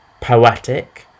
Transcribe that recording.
poetic